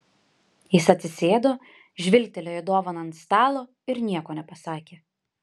jis atsisėdo žvilgtelėjo į dovaną ant stalo ir nieko nepasakė